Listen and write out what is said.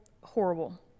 Horrible